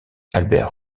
albert